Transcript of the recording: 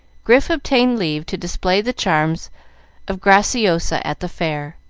grif obtained leave to display the charms of graciosa at the fair.